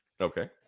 okay